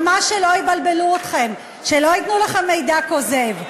ממש שלא יבלבלו אתכם, שלא ייתנו לכם מידע כוזב,